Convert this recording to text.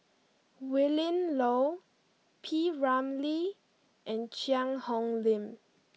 Willin Low P Ramlee and Cheang Hong Lim